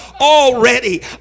already